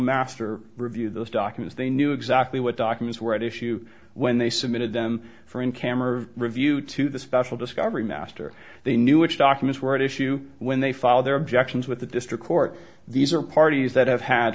master review those documents they knew exactly what documents were at issue when they submitted them for in camera review to the special discovery master they knew which documents were at issue when they file their objections with the district court these are parties that have had